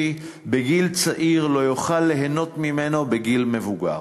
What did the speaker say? בגיל צעיר לא יוכל ליהנות ממנו בגיל מבוגר.